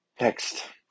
Next